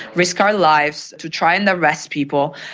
risk our lives to try and arrest people,